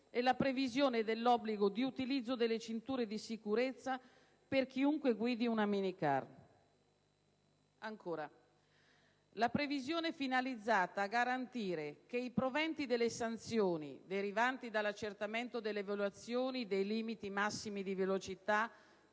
la patente, l'obbligo di utilizzo delle cinture di sicurezza per chiunque guidi una minicar. Vi è poi la previsione finalizzata a far sì che i proventi delle sanzioni derivanti dall'accertamento delle violazioni dei limiti massimi di velocità